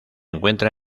encuentra